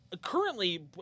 currently